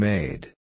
Made